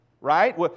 right